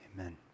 Amen